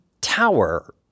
Tower